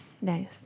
Nice